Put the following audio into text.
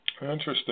Interesting